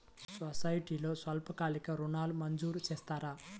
సొసైటీలో స్వల్పకాలిక ఋణాలు మంజూరు చేస్తారా?